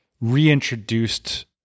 reintroduced